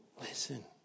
listen